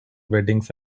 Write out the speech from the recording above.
weddings